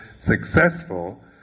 successful